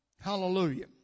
Hallelujah